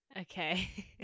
Okay